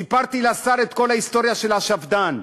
סיפרתי לשר את כל ההיסטוריה של השפד"ן,